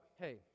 hey